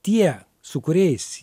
tie su kuriais